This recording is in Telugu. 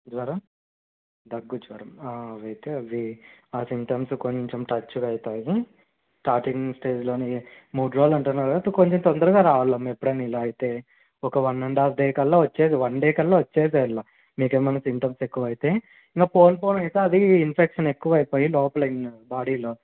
జ్వరం దగ్గు జ్వరం అవైతే అవి ఆ సింటమ్స్ కొంచెం తరచుగా అవుతాయి స్టార్టింగ్ స్టేజ్లోని మూడు రోలు అంటున్నారుగా సో కొంచెం తొందరగా రావాలమ్మ ఎప్పుడైనా ఇలా అయితే ఒక వన్ అండ్ ఆఫ్ డే కల్లా వచ్చేది వన్ డే కల్లా వచ్చేసేయాలా మీకు ఏమైనా సింటమ్స్ ఎక్కువైతే ఇంకా పోను పోను ఇంకా అది అయితే ఇన్ఫెక్షన్ ఎక్కువయిపోయి లోపల ఇన్ బాడీలో